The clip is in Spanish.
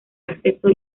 acceso